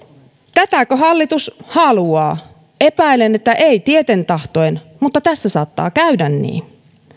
tätäkö hallitus haluaa epäilen että ei tieten tahtoen mutta tässä saattaa käydä niin